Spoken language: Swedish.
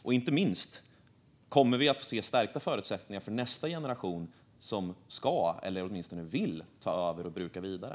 Och inte minst: Kommer vi att få se stärkta förutsättningar för nästa generation som ska, eller åtminstone vill, ta över och bruka vidare?